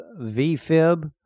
V-fib